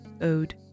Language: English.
ode